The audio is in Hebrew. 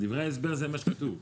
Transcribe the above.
בדברי ההסבר זה מה שכתוב.